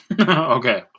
Okay